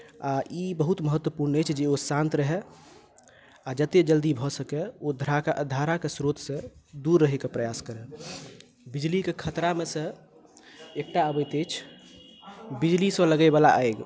आ ई बहुत महत्वपूर्ण अछि जे ओ शान्त रहय आ जतेक जल्दी भऽ सकय ओ धाराके धाराके श्रोतसँ दूर रहयके प्रयास करय बिजलीके खतरामेसँ एकटा अबैत अछि बिजलीसँ लगयवला आगि